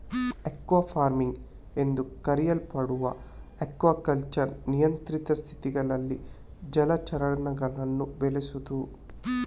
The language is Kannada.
ಅಕ್ವಾ ಫಾರ್ಮಿಂಗ್ ಎಂದೂ ಕರೆಯಲ್ಪಡುವ ಅಕ್ವಾಕಲ್ಚರ್ ನಿಯಂತ್ರಿತ ಸ್ಥಿತಿಗಳಲ್ಲಿ ಜಲಚರಗಳನ್ನು ಬೆಳೆಸುದು